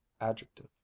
adjective